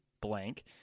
blank